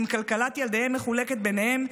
ואם כלכלת ילדיהם מחולקת ביניהם,